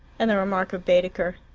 and the remark of baedeker,